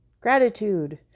gratitude